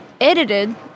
edited